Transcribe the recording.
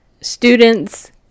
students